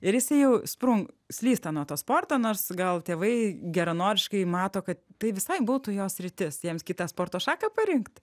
ir jisai jau sprunk slysta nuo to sporto nors gal tėvai geranoriškai mato kad tai visai būtų jo sritis jiems kitą sporto šaką parinkt